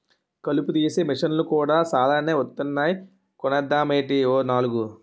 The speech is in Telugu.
కలుపు తీసే మిసన్లు కూడా సాలానే వొత్తన్నాయ్ కొనేద్దామేటీ ఓ నాలుగు?